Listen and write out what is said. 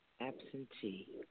Absentee